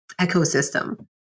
ecosystem